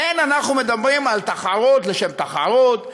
אין אנחנו מדברים על תחרות לשם תחרות,